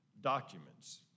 documents